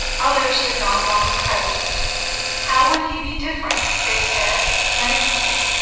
others did not want a president how would he be different? they said than a king?